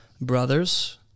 brothers